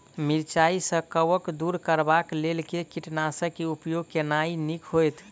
मिरचाई सँ कवक दूर करबाक लेल केँ कीटनासक केँ उपयोग केनाइ नीक होइत?